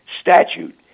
statute